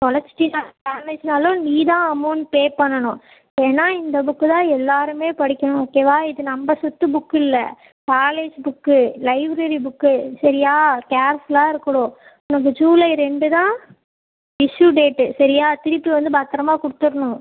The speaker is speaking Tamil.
தொலைச்சிட்டினாலும் டேமேஜுனாலும் நீதான் அமெளண்ட் பே பண்ணணும் ஏன்னா இந்த புக்கு தான் எல்லோருமே படிக்கணும் ஓகேவா இது நம்ம சொத்து புக் இல்லை காலேஜ் புக்கு லைப்ரரி புக்கு சரியா கேர்ஃபுல்லாக இருக்கணும் உனக்கு ஜூலை ரெண்டு தான் இஸ்யூ டேட்டு சரியா திருப்பி வந்து பத்திரமா கொடுத்துர்ணும்